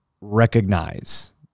recognize